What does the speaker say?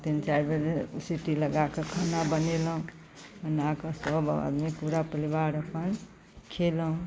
तीन चारिबेर सीटी लगाकऽ खाना बनेलहुँ बनाकऽ सब आदमी पूरा परिवार अपन खेलहुँ